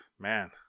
man